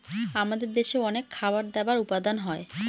আমাদের দেশে অনেক খাবার দাবার উপাদান হয়